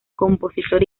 compositor